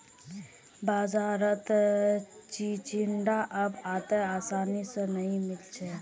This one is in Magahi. बाजारत चिचिण्डा अब अत्ते आसानी स नइ मिल छेक